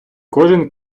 кожен